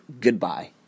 Goodbye